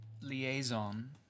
liaison